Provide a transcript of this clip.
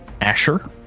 Asher